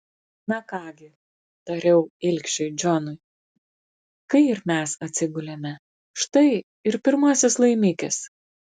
na ką gi tariau ilgšiui džonui kai ir mes atsigulėme štai ir pirmasis laimikis